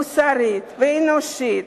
מוסרית ואנושית,